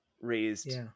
raised